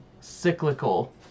cyclical